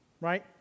right